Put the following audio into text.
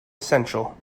essential